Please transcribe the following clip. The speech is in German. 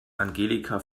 angelika